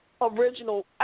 original